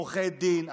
עורכי דין,